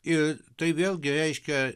ir tai vėlgi reiškia